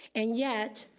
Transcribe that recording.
and yet,